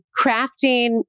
crafting